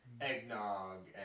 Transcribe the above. eggnog